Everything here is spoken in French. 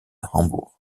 hambourg